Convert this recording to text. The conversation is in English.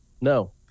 No